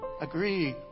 agree